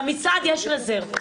למשרד יש רזרבות,